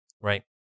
Right